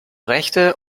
rechte